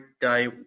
day